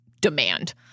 demand